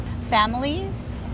families